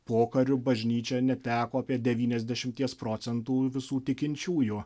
pokariu bažnyčia neteko apie devyniasdešimties procentų visų tikinčiųjų